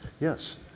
Yes